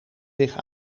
zich